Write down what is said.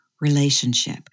relationship